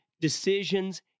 decisions